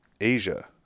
asia